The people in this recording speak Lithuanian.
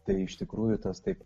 tai iš tikrųjų tas taip